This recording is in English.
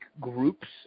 groups